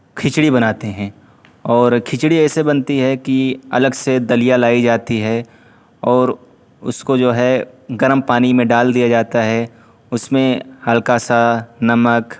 کھچڑی بناتے ہیں اور کھچڑی ایسے بنتی ہے کہ الگ سے دلیا لائی جاتی ہے اور اس کو جو ہے گرم پانی میں ڈال دیا جاتا ہے اس میں ہلکا سا نمک